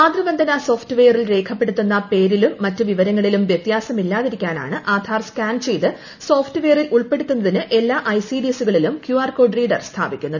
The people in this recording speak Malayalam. മാതൃവന്ദന സോഫ്റ്റ് വെയറിൽ രേഖപ്പെടുത്തുന്ന പേരിലും മറ്റ് വിവരങ്ങളിലും വൃത്യാസമില്ലാതിരിക്കാനാണ് ആധാർ സ്കാൻ ചെയ്ത് സോഫ്റ്റ് വെയറിൽ ളൂൾപ്പെടുത്തുന്നതിന് എല്ലാ ഐസിഡിഎസുകളിലും ക്യുആർ ക്ടോട്ടിയ്ക്ക് റീഡർ സ്ഥാപിക്കുന്നത്